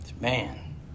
man